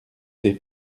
des